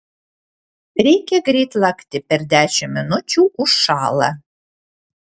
reikia greit lakti per dešimt minučių užšąla